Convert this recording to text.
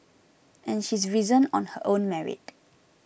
and she's risen on her own merit